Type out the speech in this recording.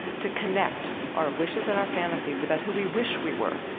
to connect our wishes and our fantasies about who we wish we were,